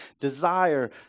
desire